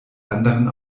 anderen